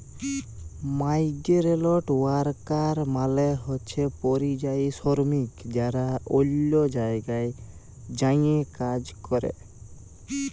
migrant worker মালে হছে পরিযায়ী শরমিক যারা অল্য জায়গায় যাঁয়ে কাজ ক্যরে